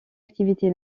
activité